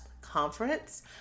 conference